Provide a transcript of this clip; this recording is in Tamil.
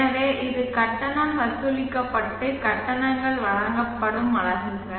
எனவே இது கட்டணம் வசூலிக்கப்பட்டு கட்டணங்கள் வழங்கப்படும் அலகுகள்